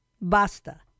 Basta